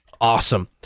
Awesome